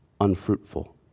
unfruitful